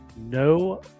no